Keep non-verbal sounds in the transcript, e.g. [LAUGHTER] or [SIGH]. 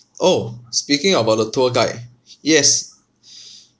orh speaking about the tour guide yes [NOISE]